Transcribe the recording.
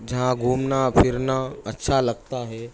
جہاں گھومنا پھرنا اچھا لگتا ہے